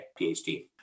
PhD